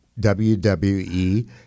WWE